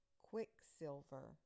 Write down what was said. Quicksilver